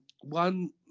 one